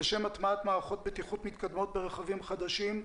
לשם הטמעת מערכות בטיחות מתקדמות ברכבים חדשים,